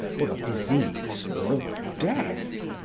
or of disease, or of death.